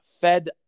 fed